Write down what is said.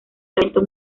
talento